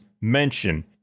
mention